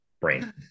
brain